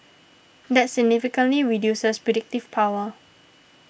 that significantly reduces predictive power